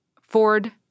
Ford